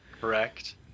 Correct